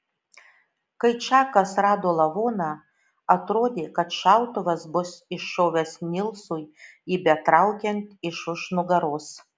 kai čakas rado lavoną atrodė kad šautuvas bus iššovęs nilsui jį betraukiant iš už nugaros